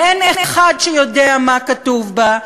ואין אחד שיודע מה כתוב בה,